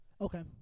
Okay